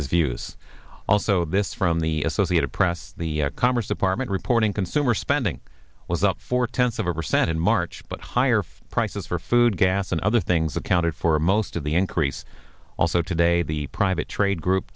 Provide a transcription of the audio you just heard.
his views also this from the associated press the commerce department reporting consumer spending was up four tenths of a percent in march but higher prices for food gas and other things accounted for most of the increase also today the private trade group